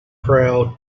crowd